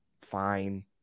fine